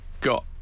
got